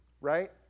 right